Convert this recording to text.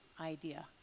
idea